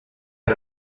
out